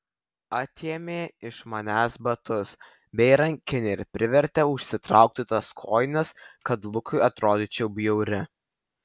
atėmė iš manęs batus bei rankinę ir privertė užsitraukti tas kojines kad lukui atrodyčiau bjauri